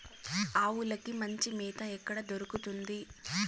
ఆవులకి మంచి మేత ఎక్కడ దొరుకుతుంది?